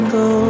go